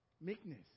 meekness